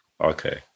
okay